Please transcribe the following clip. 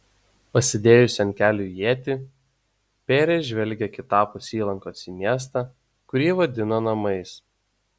pasidėjusi ant kelių ietį pėrė žvelgė kitapus įlankos į miestą kurį vadino namais